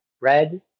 red